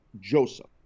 Joseph